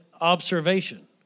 observation